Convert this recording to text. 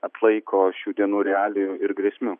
atlaiko šių dienų realijų ir grėsmių